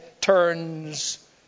turns